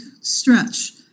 stretch